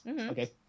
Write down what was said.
okay